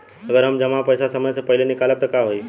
अगर हम जमा पैसा समय से पहिले निकालब त का होई?